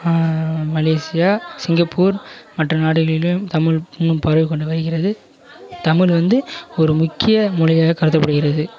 Malaysia Singapore மற்ற நாடுகளிலும் தமிழ் இன்னும் பரவிக்கொண்டு வருகிறது தமிழ் வந்து ஒரு முக்கிய மொழியாக கருதப்படுகிறது